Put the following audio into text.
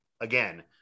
again